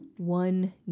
one